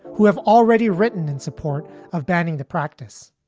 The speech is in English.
who have already written in support of banning the practice.